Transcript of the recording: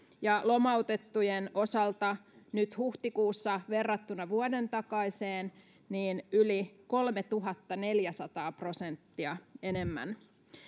ja lomautettujen osalta nyt huhtikuussa verrattuna vuoden takaiseen yli kolmetuhattaneljäsataa prosenttia enemmän